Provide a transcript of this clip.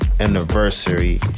anniversary